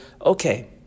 okay